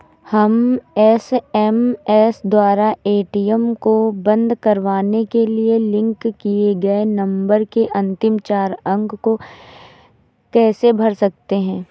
हम एस.एम.एस द्वारा ए.टी.एम को बंद करवाने के लिए लिंक किए गए नंबर के अंतिम चार अंक को कैसे भर सकते हैं?